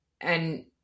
And-